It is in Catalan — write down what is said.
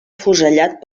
afusellat